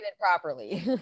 properly